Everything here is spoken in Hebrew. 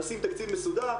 נשים תקציב מסודר,